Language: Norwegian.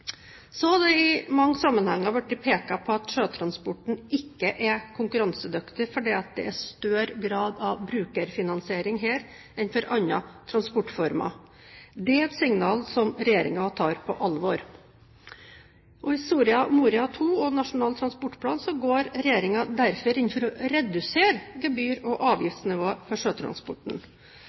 Så har det i mange sammenhenger vært pekt på at sjøtransporten ikke er konkurransedyktig fordi det er større grad av brukerfinansiering her enn for andre transportformer. Det er et signal regjeringen tar på alvor. I Soria Moria II og Nasjonal transportplan går regjeringen derfor inn for å redusere gebyr- og avgiftsnivået for sjøtransporten.